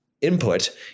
input